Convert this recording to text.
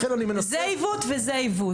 לכן אני מנסה -- זה עיוות וזה עיוות.